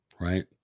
right